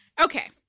Okay